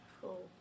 cool